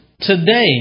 today